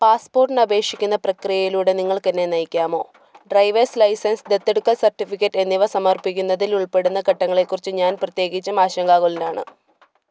പാസ്പോർട്ടിന് അപേക്ഷിക്കുന്ന പ്രക്രിയയിലൂടെ നിങ്ങൾക്ക് എന്നെ നയിക്കാമോ ഡ്രൈവേർസ് ലൈസൻസ് ദത്തെടുക്കൽ സർട്ടിഫിക്കറ്റ് എന്നിവ സമർപ്പിക്കുന്നതിൽ ഉൾപ്പെടുന്ന ഘട്ടങ്ങളെക്കുറിച്ച് ഞാൻ പ്രത്യേകിച്ചും ആശങ്കാകുലനാണ്